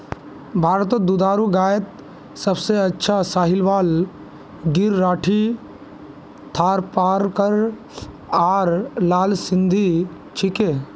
भारतत दुधारू गायत सबसे अच्छा साहीवाल गिर राठी थारपारकर आर लाल सिंधी छिके